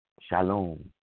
Shalom